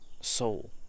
soul